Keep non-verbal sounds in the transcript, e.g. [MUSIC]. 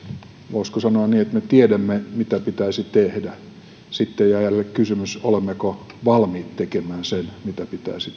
voisiko sanoa niin että me tiedämme mitä pitäisi tehdä sitten jää jäljelle kysymys olemmeko valmiit tekemään sen mitä pitäisi [UNINTELLIGIBLE]